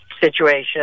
situation